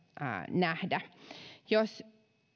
nähdä jos